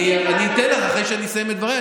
אני אתן לך אחרי שאני אסיים את דבריי,